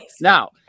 Now